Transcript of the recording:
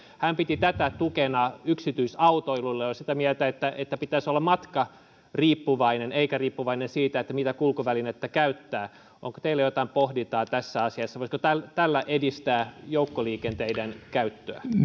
hän piti tätä tukena yksityisautoilulle ja oli sitä mieltä että taksan pitäisi olla matkariippuvainen eikä riippuvainen siitä mitä kulkuvälinettä käyttää onko teillä jotain pohdintaa tässä asiassa voisiko tällä tällä edistää joukkoliikenteen käyttöä